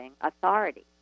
authority